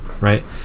right